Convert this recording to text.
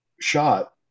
shot